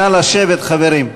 נא לשבת, חברים.